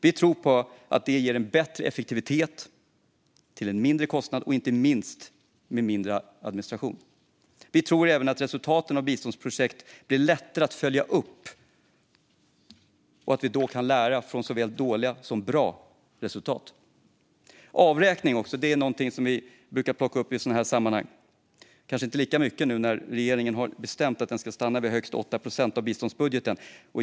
Vi tror att det ger bättre effektivitet till en mindre kostnad och inte minst med mindre administration. Vi tror även att resultatet av biståndsprojekt blir lättare att följa upp och att vi då kan lära från såväl dåliga som bra resultat. Avräkning är någonting som vi brukar plocka upp i sådana här sammanhang, även om det kanske inte sker lika ofta nu när regeringen har bestämt att avräkningen ska stanna vid högst 8 procent av biståndsbudgeten.